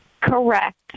Correct